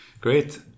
great